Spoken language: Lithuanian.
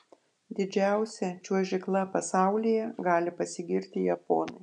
didžiausia čiuožykla pasaulyje gali pasigirti japonai